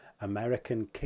American